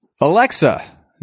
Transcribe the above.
Alexa